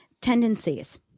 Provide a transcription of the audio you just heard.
tendencies